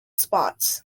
spots